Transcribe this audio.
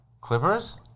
Clippers